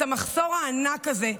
את המחסור הענק הזה,